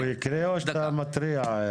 הוא יקרה או שאתה מתריע?